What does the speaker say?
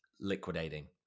liquidating